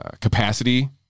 capacity